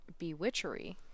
bewitchery